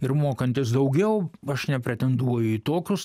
ir mokantys daugiau aš nepretenduoju į tokius